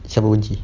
siapa benci